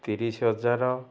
ତିରିଶ ହଜାର